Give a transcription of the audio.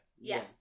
Yes